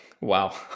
Wow